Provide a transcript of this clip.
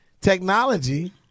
technology